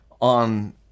on